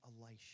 Elisha